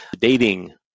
Dating